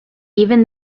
even